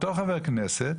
אותו חבר כנסת